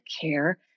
care